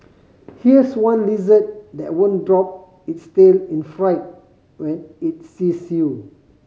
here's one lizard that won't drop its tail in fright when it sees you